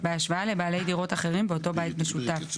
בהשוואה לבעלי דירות אחרים באותו בית משותף.